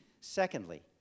Secondly